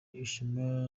ishema